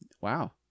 Wow